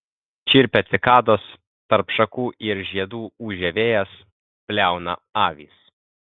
čirpia cikados tarp šakų ir žiedų ūžia vėjas bliauna avys